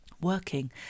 working